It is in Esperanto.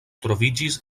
troviĝis